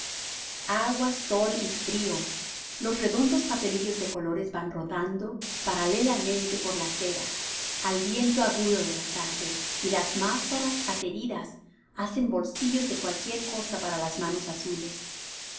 agua sol y frío los redondos papelillos de colores van rodando paralelamente por la acera al viento agudo de la tarde y las máscaras ateridas hacen bolsillos de cualquier cosa para las manos azules